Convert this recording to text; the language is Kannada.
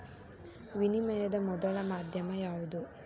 ವಿನಿಮಯದ ಮೊದಲ ಮಾಧ್ಯಮ ಯಾವ್ದು